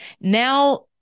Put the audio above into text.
Now